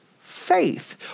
faith